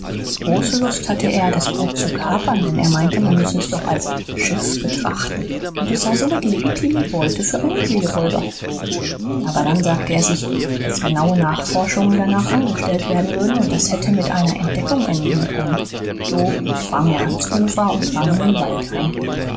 große lust hatte er das boot zu kapern denn er meinte man müsse es doch als schiff betrachten und es sei somit legitime beute für einen seeräuber aber dann sagte er sich daß genaue nachforschungen danach angestellt werden würden und das hätte mit einer entdeckung enden können so sprang er ans ufer und drang in den wald ein